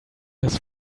his